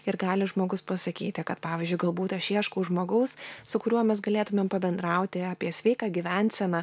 ir gali žmogus pasakyti kad pavyzdžiui galbūt aš ieškau žmogaus su kuriuo mes galėtumėm pabendrauti apie sveiką gyvenseną